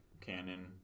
Canon